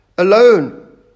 Alone